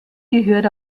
gehört